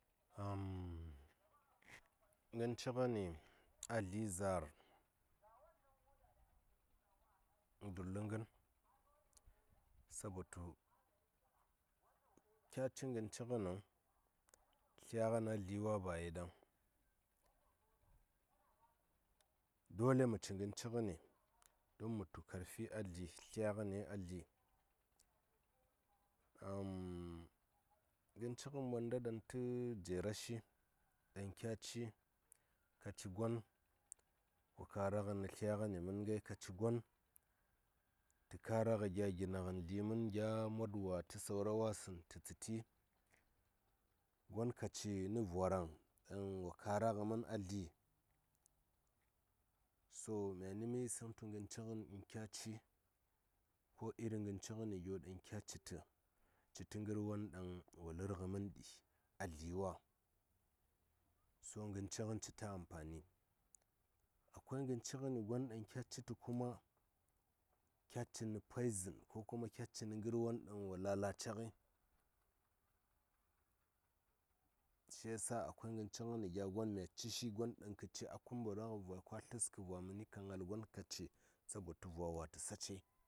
Ngən ci ngəni a dli zaar nə dullu ngən sabo yu kya ci ngən gə ci ngəniŋ tlya ngən a dli wa ba yi ɗaŋ dole mə ci ngan gə ci ngəni don mə tu karfi a dli tlya ngəni a dli ngən ci ngən monda ɗan tə jera shi ɗaŋ kya ci ka ci gon wo kara ngəni tlya ngəni mən ngai gon tə kara ngəgya gina ngən dli mən ngai gya mod wa tə saura wasəŋ tə tsəti gon ka ci nə voraŋ ɗaŋ wo kara gə mən ngai a dli so myani mə yisəŋ tu ngən ci ngən kya ci ko iri ngən ci gəni gyo ɗaŋ kya ci tə ci tə ngər won ɗaŋ wo lər ngə mən di a dli wa so ngən ci ngən citə ampani, akwai ngən cigəni gon ɗaŋ kya citə kuma kya cini poizən ko kuma kya cini ngər won ɗaŋ wo lalace ngəi shi ya sa akwai ngən ci ngəni gya gon ɗaŋ mya ci shi ka wum a kumbura ngə vwai ko a tləs vwai ka ngal gon ka ci sabo tu vwa wai tə sacei.